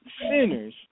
sinners